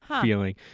feeling